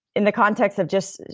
in the context of just.